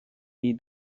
jej